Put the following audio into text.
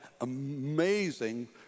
amazing